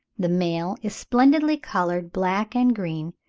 the male is splendidly coloured black and green,